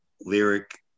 lyric